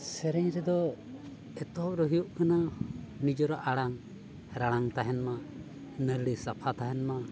ᱥᱮᱨᱮᱧ ᱨᱮᱫᱚ ᱮᱛᱚᱦᱚᱵ ᱨᱮ ᱦᱩᱭᱩᱜ ᱠᱟᱱᱟ ᱱᱤᱡᱮᱨᱟᱜ ᱟᱲᱟᱝ ᱨᱟᱲᱟᱝ ᱛᱟᱦᱮᱱ ᱢᱟ ᱱᱟᱹᱞᱤ ᱥᱟᱯᱷᱟ ᱛᱟᱦᱮᱱ ᱢᱟ